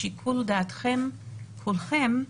לשיקול דעתכם כולכם,